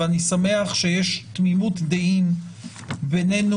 ואני שמח שיש תמימות דעים בינינו,